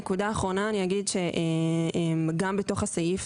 נקודה אחרונה אני אגיד שגם בתוך הסעיף